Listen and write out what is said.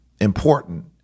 important